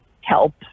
help